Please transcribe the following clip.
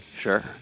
Sure